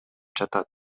жатат